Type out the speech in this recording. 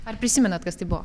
ar prisimenat kas tai buvo